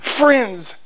friends